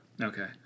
Okay